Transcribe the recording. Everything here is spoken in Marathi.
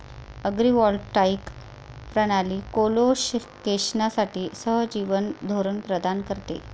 अग्रिवॉल्टाईक प्रणाली कोलोकेशनसाठी सहजीवन धोरण प्रदान करते